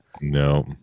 No